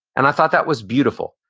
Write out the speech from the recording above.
and i thought that was beautiful,